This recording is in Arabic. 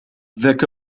ذاك